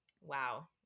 wow